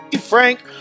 Frank